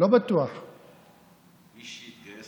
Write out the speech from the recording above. בטוח רק פלאפל.